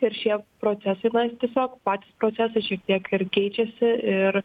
ir šie procesai tiesiog patys procesai šiek tiek ir keičiasi ir